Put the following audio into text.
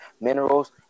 minerals